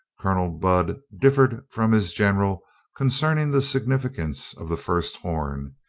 colonel budd differed from his general concerning the significance of the first horn,